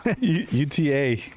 UTA